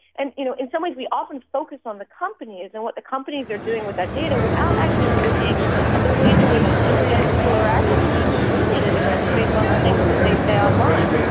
and you know in some ways we often focus on the companies and what the companies are doing with that data without actually looking at the ways in which you know young people are actually being discriminated against based on the things that they say online.